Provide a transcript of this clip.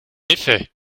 effet